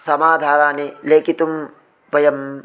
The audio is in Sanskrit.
समाधानानि लेखितुं वयम्